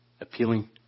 appealing